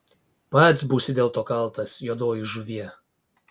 pats būsi dėl to kaltas juodoji žuvie